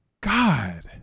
God